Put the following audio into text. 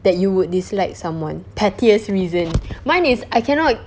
that you would dislike someone pettiest reason mine is I cannot